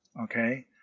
Okay